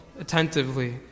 attentively